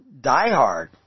diehard